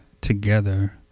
together